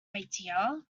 idea